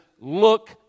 look